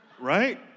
Right